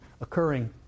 occurring